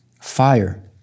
fire